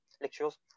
Lectures